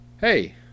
hey